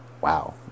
wow